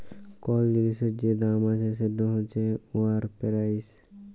call জিলিসের যে দাম আছে সেট হছে উয়ার পেরাইস